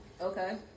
okay